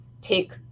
take